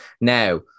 now